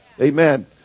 amen